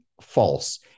false